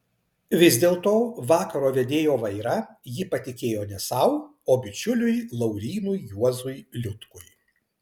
vis dėlto vakaro vedėjo vairą ji patikėjo ne sau o bičiuliui laurynui juozui liutkui